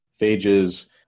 phages